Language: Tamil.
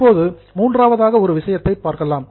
இப்போது மூன்றாவதாக ஒரு விஷயத்தைப் பார்க்கலாம்